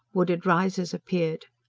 wooded rises appeared.